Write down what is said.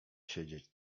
siedzieć